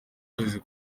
kwezi